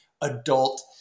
adult